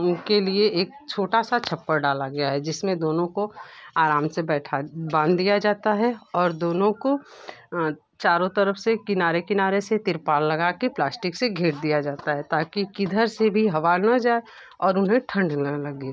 उनके लिए एक छोटा सा छप्पर डाला गया है जिसमें दोनों को आराम से बैठा बाँध दिया जाता है और दोनों को चारों तरफ से किनारे किनारे से त्रिपाल लगा के प्लास्टिक से घेर दिया जाता है ताकि किधर से भी हवा न जाए और उन्हें ठंड न लगे